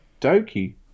Doki